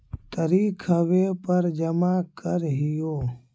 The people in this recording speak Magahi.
तरिखवे पर जमा करहिओ?